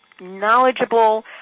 knowledgeable